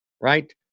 right